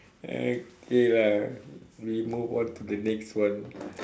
okay lah we move on to the next one